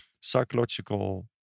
psychological